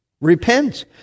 Repent